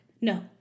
No